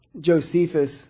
Josephus